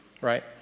right